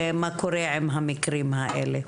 ומה קורה עם המקרים האלה.